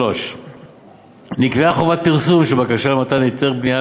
3. נקבעה חובת פרסום של בקשה למתן היתר בנייה